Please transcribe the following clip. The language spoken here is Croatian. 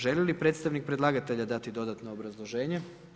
Želi li predstavnik predlagatelja dati dodatno obrazloženje?